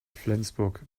flensburg